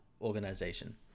organization